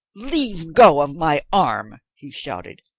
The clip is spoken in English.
leave go of my arm, he shouted.